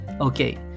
Okay